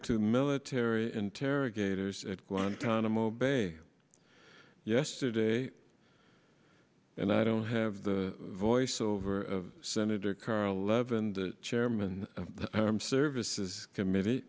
to military interrogators at guantanamo bay yesterday and i don't have the voice over senator carl levin the chairman of the armed services committee